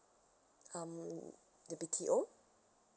um the B_T_O